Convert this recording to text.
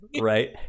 right